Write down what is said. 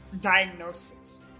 diagnosis